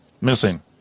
Missing